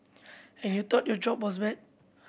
and you thought your job was bad